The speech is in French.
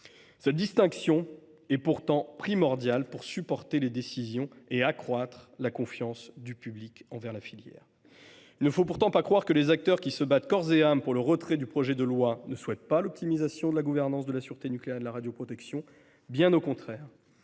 Cette distinction est pourtant primordiale pour conforter les décisions et accroître la confiance du public. Il ne faut pas croire que les acteurs qui se battent corps et âme pour le retrait du projet de loi ne souhaitent pas l’optimisation de la gouvernante de la sûreté nucléaire et de la radioprotection. Bien au contraire,